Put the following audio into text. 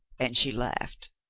and she laughed.